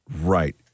right